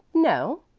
no,